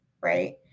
right